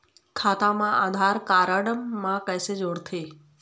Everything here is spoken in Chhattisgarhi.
खाता मा आधार कारड मा कैसे जोड़थे?